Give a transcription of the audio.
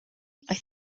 think